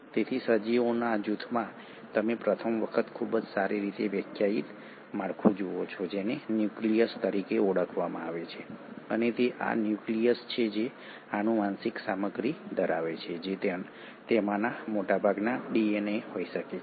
તેથી સજીવોના આ જૂથમાં તમે પ્રથમ વખત ખૂબ જ સારી રીતે વ્યાખ્યાયિત માળખું જુઓ છો જેને ન્યુક્લિયસ તરીકે ઓળખવામાં આવે છે અને તે આ ન્યુક્લિયસ છે જે આનુવંશિક સામગ્રી ધરાવે છે જે તેમાંના મોટાભાગનામાં ડીએનએ હોઈ શકે છે